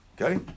Okay